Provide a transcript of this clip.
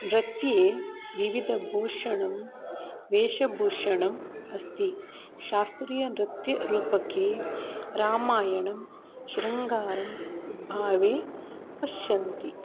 नृत्ये विविधभूषणं वेशभूषणम् अस्ति शास्त्रीयनृत्य रूपके रामायणं शृङ्गारम् उद्भावे पश्यन्ति